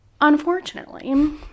Unfortunately